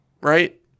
Right